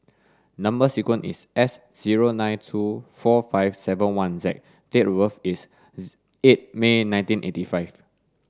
number sequence is S zero nine two four five seven one Z and date of birth is eight May nineteen eighty five